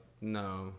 no